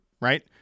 right